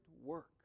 work